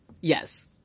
Yes